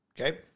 Okay